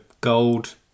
gold